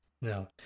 no